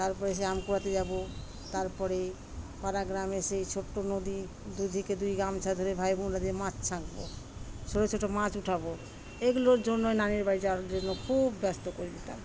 তারপরে সে আম কুড়াতে যাবো তারপরে পাড়া গ্রামে সেই ছোট্টো নদী দুদিকে দুই গামছা ধরে ভাই বোনরা যে মাছ ছাঁকবো ছোটো ছোটো মাছ উঠাবো এগুলোর জন্যই নানির বাড়ি যাওয়ার জন্য খুব ব্যস্ত করতাম